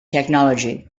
technology